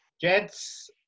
Jets